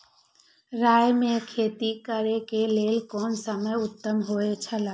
राय के खेती करे के लेल कोन समय उत्तम हुए छला?